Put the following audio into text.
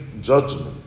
judgment